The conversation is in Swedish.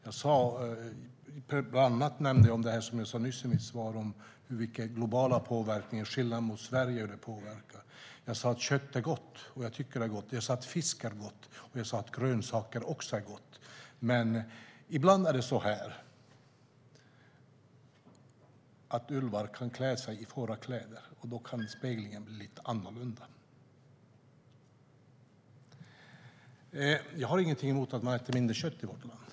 Jag nämnde bland annat det som jag sa nyss i mitt svar om den globala påverkan och skillnaden jämfört med hur Sverige påverkar. Jag sa att kött är gott, och jag tycker att det är gott. Jag sa att fisk är gott, och jag sa att grönsaker också är gott. Men ibland kan ulvar klä sig i fårakläder, och då kan speglingen bli lite annorlunda. Jag har inget emot att man äter mindre kött i vårt land.